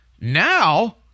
Now